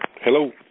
Hello